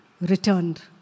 returned